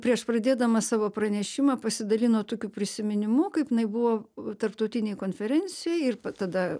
prieš pradėdama savo pranešimą pasidalino tokiu prisiminimu kaip jinai buvo tarptautinėj konferencijoj ir tada